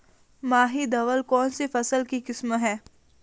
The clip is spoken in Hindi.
माही धवल कौनसी फसल की किस्म है?